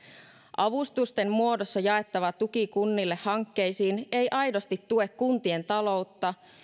avustusten muodossa jaettava tuki kunnille hankkeisiin ei aidosti tue kuntien taloutta